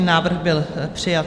Návrh byl přijat.